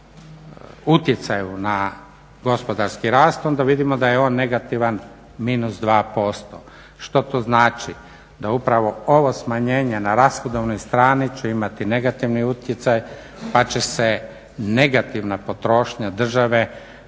države u utjecaju na gospodarski rast onda vidimo da je on negativan minus dva posto. Što to znači? Da upravo ovo smanjenje na rashodovnoj strani će imati negativan utjecaj pa će se negativna potrošnja države